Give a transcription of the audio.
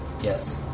yes